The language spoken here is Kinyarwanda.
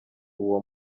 uwo